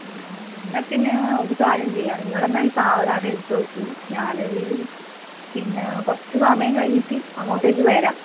ആ എന്നാൽ പിന്നെ ഒരു കാര്യം ചെയ്യാം നിങ്ങള് എന്നാല് സാധനം ആദ്യം എടുത്ത് വെക്ക് ഞാൻ ഒരു പിന്നെ കുറച്ച് സമയം കഴിഞ്ഞിട്ട് അങ്ങോട്ടേക്ക് വരാം